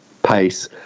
pace